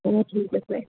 অঁ ঠিক আছে